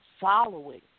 following